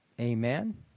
Amen